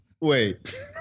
wait